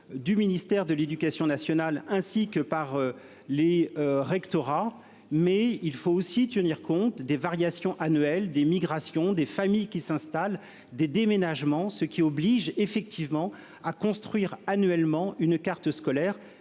Du ministère de l'Éducation nationale ainsi que par les. Rectorats mais il faut aussi tenir compte des variations annuelles des migrations des familles qui s'installe des déménagements, ce qui oblige effectivement à construire annuellement une carte scolaire